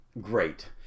great